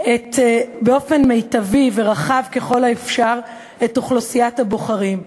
באופן מיטבי ורחב ככל האפשר את אוכלוסיית הבוחרים.